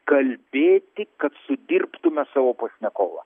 klabėti kad sudirbtume savo pašnekovą